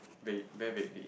ve~ very vaguely